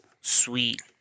sweet